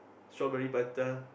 strawberry prata